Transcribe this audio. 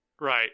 right